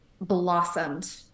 blossomed